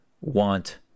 want